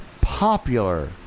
popular